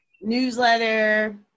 newsletter